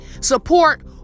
support